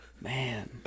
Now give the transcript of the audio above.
man